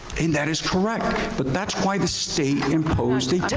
and that is correct. but that's why the state imposed the